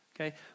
okay